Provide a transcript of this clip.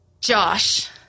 Josh